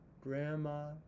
Grandma